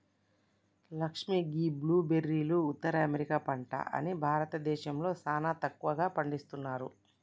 లక్ష్మీ గీ బ్లూ బెర్రీలు ఉత్తర అమెరికా పంట అని భారతదేశంలో సానా తక్కువగా పండిస్తున్నారు